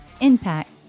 impact